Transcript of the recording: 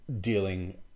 Dealing